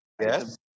Yes